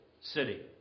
city